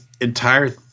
entire